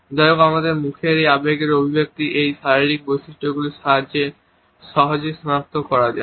যাই হোক আমাদের মুখের এই আবেগের অভিব্যক্তি এই শারীরিক বৈশিষ্ট্যগুলির সাহায্যে সহজেই সনাক্ত করা যায়